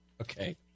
Okay